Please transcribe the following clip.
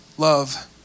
love